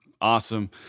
awesome